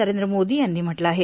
नरेंद्र मोदी यांनी म्हटलं आहे